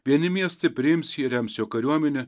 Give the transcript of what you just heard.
vieni miestai priims jį rems jo kariuomenę